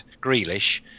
grealish